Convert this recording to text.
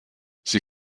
sie